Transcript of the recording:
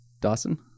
Dawson